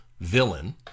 villain